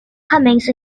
comings